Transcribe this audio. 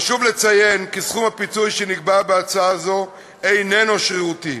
חשוב לציין כי סכום הפיצוי שנקבע בהצעה זו איננו שרירותי,